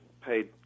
paid